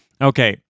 okay